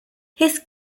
his